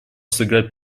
сыграть